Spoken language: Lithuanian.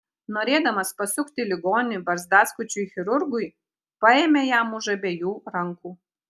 norėdamas pasukti ligonį barzdaskučiui chirurgui paėmė jam už abiejų rankų